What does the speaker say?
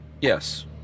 yes